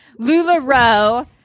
LuLaRoe